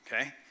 okay